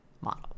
model